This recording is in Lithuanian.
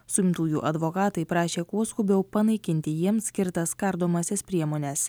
suimtųjų advokatai prašė kuo skubiau panaikinti jiems skirtas kardomąsias priemones